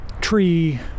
tree